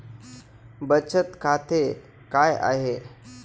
बचत खाते काय आहे?